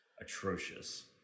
atrocious